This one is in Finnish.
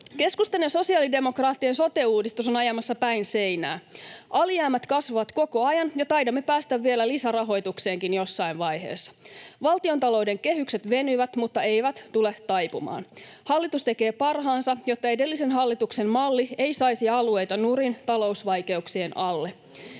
Keskustan ja sosiaalidemokraattien sote-uudistus on ajamassa päin seinää. Alijäämät kasvavat koko ajan, ja taidamme päästä vielä lisärahoitukseenkin jossain vaiheessa. Valtiontalouden kehykset venyvät mutta eivät tule taipumaan. Hallitus tekee parhaansa, jotta edellisen hallituksen malli ei saisi alueita nurin talousvaikeuksien alle.